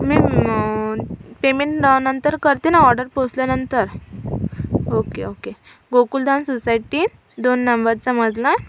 मी payment नंतर करते ना ऑर्डर पोहचल्यानंतर ओके ओके गोकुलधाम सोसायटी दोन नंबरचा मजला